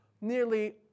nearly